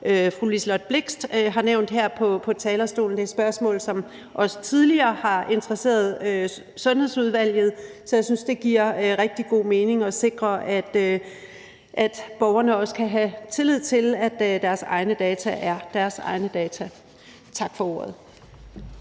fru Liselott Blixt har stillet her fra talerstolen – det er spørgsmål, som også tidligere har interesseret Sundhedsudvalget. Så jeg synes, det giver rigtig god mening at sikre, at borgerne også kan have tillid til, at deres egne data er deres egne data. Tak for ordet.